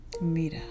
Mira